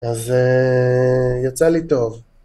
אז... יצא לי טוב.